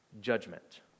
judgment